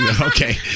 Okay